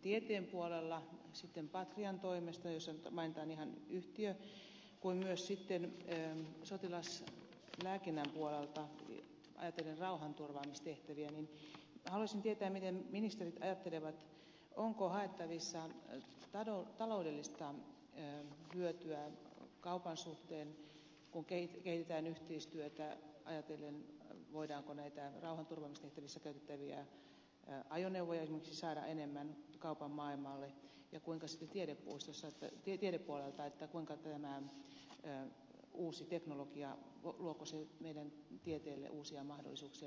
tieteen puolella sitten patrian toimesta jos mainitaan ihan yhtiö kuten myös sitten sotilaslääkinnän puolella ajatellen rauhanturvaamistehtäviä niin haluaisin tietää miten ministerit ajattelevat onko haettavissa taloudellista hyötyä kaupan suhteen kun kehitetään yhteistyötä ajatellen voidaanko näitä rauhanturvaamistehtävissä käytettäviä ajoneuvoja esimerkiksi saada enemmän kaupan maailmalle ja sitten tiedepuolelta luoko tämä uusi teknologia meidän tieteelle uusia mahdollisuuksia tai innovaatioita